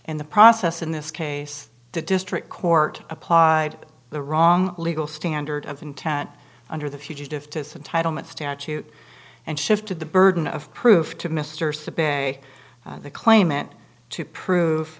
in the process in this case the district court applied the wrong legal standard of intent under the fugitive to some title meant statute and shifted the burden of proof to mr sabet a the claimant to prove